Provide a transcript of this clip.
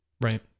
Right